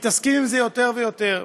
מתעסקים איתם יותר ויותר: